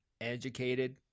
educated